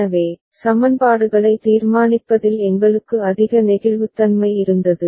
எனவே சமன்பாடுகளை தீர்மானிப்பதில் எங்களுக்கு அதிக நெகிழ்வுத்தன்மை இருந்தது